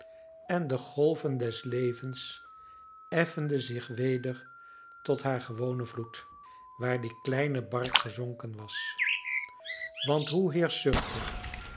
en de golven des levens effenden zich weder tot haar gewonen vloed waar die kleine bark gezonken was want hoe